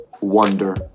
Wonder